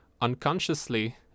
unconsciously